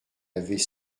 avait